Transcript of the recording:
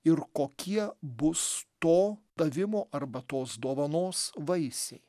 ir kokie bus to padavimo arba tos dovanos vaisiai